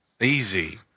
Easy